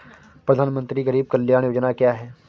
प्रधानमंत्री गरीब कल्याण योजना क्या है?